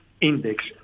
index